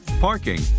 parking